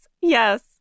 yes